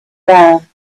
down